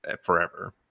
forever